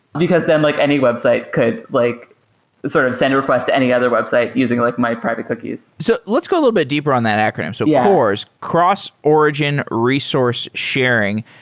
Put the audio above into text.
because then like any website could like sort of send a request to any other website using like my private cookies. so let's go a little bit deeper on that acronym. so yeah cors, cross-origin resource sharing.